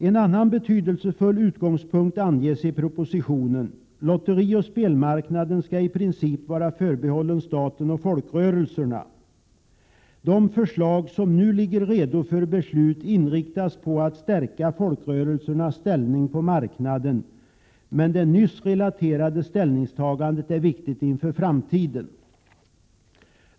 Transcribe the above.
En annan betydelsefull utgångspunkt anges i propositionen: lotterioch spelmarknaden skall i princip vara förbehållen staten och folkrörelserna. De förslag som nu ligger redo för beslut inriktas på att stärka folkrörelsernas ställning på marknaden. Det nyss relaterade ställningstagandet är emellertid viktigt inför framtiden.